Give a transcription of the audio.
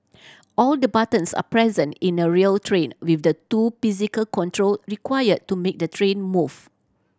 all the buttons are present in a real train with the two physical control require to make the train move